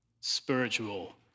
spiritual